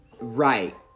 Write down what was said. Right